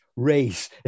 race